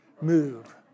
move